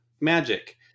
magic